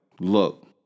look